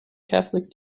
catholic